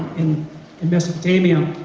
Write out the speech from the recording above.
in and mesopotamia,